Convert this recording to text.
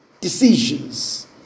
decisions